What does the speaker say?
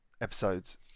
episodes